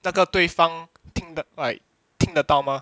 那个对方听得到听得到吗